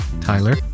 Tyler